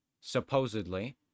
supposedly